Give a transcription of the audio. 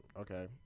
okay